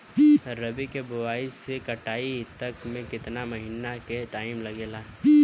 रबी के बोआइ से कटाई तक मे केतना महिना के टाइम लागेला?